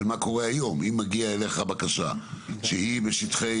מה קורה אם מגיעה אליך היום בקשה שהיא בשטחי